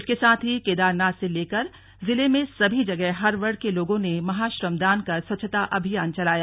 इसके साथ ही केदारनाथ से लेकर जिले में सभी जगह हर वर्ग के लोगों ने महाश्रमदान कर स्वच्छता अभियान चलाया